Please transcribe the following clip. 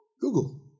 Google